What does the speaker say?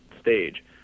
stage